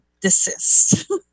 desist